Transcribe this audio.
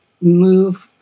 move